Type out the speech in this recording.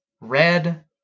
Red